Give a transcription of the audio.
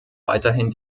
weiterhin